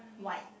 white